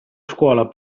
scuola